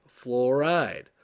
Fluoride